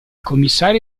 commissario